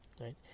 right